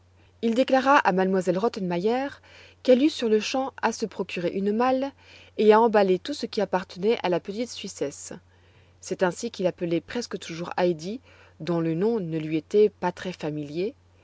il déclara à m elle rottenmeier qu'elle eût sur-le-champ à se procurer une malle et à emballer tout ce qui appartenait à la petite suissesse c'est ainsi qu'il appelait presque toujours heidi dont le nom ne lui était pas très familier